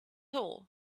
all